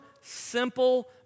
simple